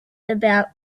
about